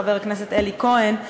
חבר הכנסת אלי כהן,